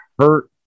hurt